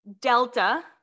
Delta